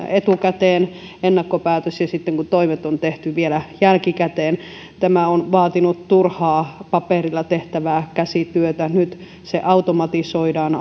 etukäteen ennakkopäätös ja sitten kun toimet on tehty vielä jälkikäteen ja tämä on vaatinut turhaa paperilla tehtävää käsityötä niin nyt se automatisoidaan